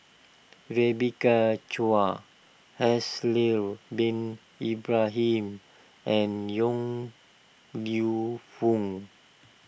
Rebecca Chua Haslir Bin Ibrahim and Yong Lew Foong